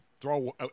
throw